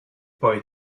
poi